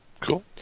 Cool